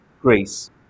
Greece